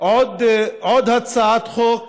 עוד הצעת חוק